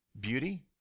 Beauty